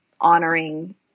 honoring